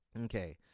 Okay